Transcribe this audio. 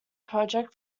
project